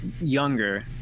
younger